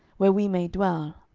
where we may dwell.